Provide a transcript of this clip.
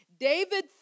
David